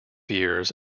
years